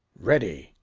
ready.